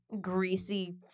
greasy